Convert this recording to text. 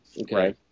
Okay